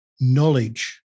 knowledge